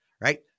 Right